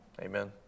Amen